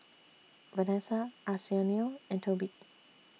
Vanessa Arsenio and Tobi